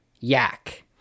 Yak